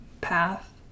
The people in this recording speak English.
path